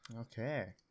Okay